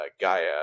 gaia